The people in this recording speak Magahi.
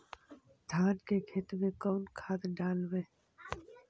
धान के खेत में कौन खाद डालबै?